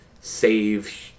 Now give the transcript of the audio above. save